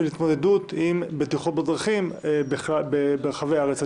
התמודדות עם בטיחות בדרכים ברחבי הארץ.